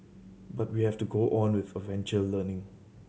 but we have to go on with adventure learning